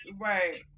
Right